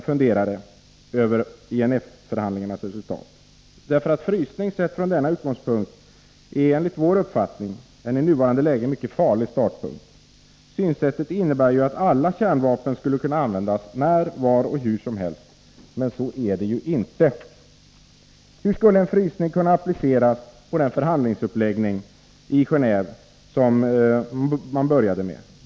”Frysning” sett från denna utgångspunkt är emellertid enligt vår uppfattning en i nuvarande läge farlig startpunkt. Synsättet innebär ju att alla kärnvapen skulle kunna användas när, var och hur som helst, men så är det ju inte. Hur skulle en ”frysning” kunna appliceras på förhandlingsuppläggningen i Geneve?